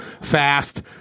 fast